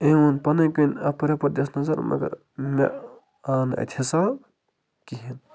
أمۍ ووٚن پَنٕنۍ کِنۍ اَپٲرۍ یَپٲرۍ دِس نَظر مگر مےٚ آو نہٕ اَتہِ حساب کِہیٖنۍ